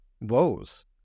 woes